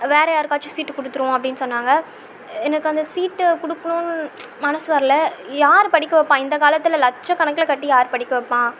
வேறே யாருக்காச்சும் சீட்டு கொடுத்துருவோம் அப்படின்னு சொன்னாங்க எனக்கு அந்த சீட்டு கொடுக்கணும்னு மனது வரலை யாரு படிக்க வைப்பா இந்த காலத்தில் லட்சக்கணக்கில் கட்டி யாரு படிக்க வைப்பா